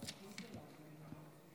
תודה.